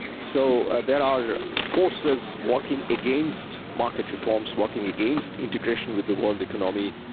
so there are forces working against market reforms, working against integration with the world economy,